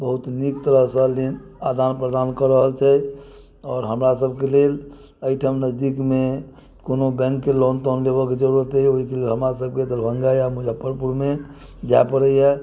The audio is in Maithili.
बहुत नीक तरहसँ आदमी आदान प्रदान कऽ रहल छथि आओर हमरा सबके लेल अइ ठाम नजदीकमे कोनो बैंकके लोन तोन लेबऽके जरूरत भेल तऽ हमरा सबके दरभंगा या मुजफ्फरपुरमे जाइ पड़ैये